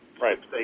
Right